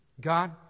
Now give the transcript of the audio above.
God